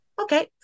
Okay